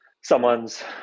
someone's